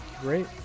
Great